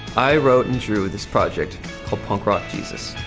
i wrote and drew this project called punk rock jesus.